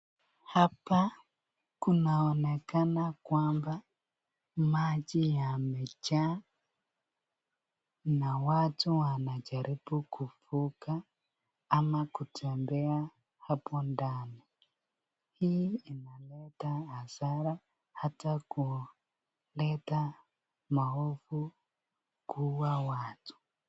Hapa kunaonekana kwamba maji yamejaa na watu wanajaribu kuvuka ama kutembea hapo ndani, hii inaketa hasara hata kuleta maovu kuua watu.